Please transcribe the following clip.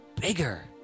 bigger